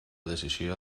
decisió